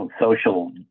social